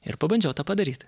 ir pabandžiau tą padaryt